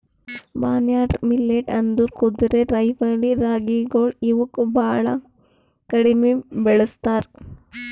barnyard millet ಅಂದುರ್ ಕುದುರೆರೈವಲಿ ರಾಗಿಗೊಳ್ ಇವುಕ್ ಭಾಳ ಕಡಿಮಿ ಬೆಳುಸ್ತಾರ್